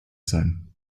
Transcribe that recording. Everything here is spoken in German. sein